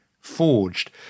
forged